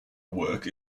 work